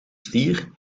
stier